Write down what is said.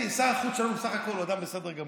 תראי, שר החוץ שלנו בסך הכול הוא אדם בסדר גמור,